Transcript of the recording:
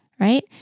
right